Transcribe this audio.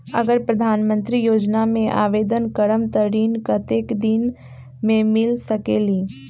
अगर प्रधानमंत्री योजना में आवेदन करम त ऋण कतेक दिन मे मिल सकेली?